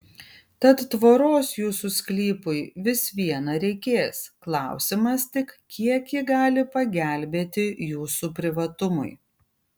tad tvoros jūsų sklypui vis viena reikės klausimas tik kiek ji gali pagelbėti jūsų privatumui